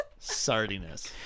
Sardiness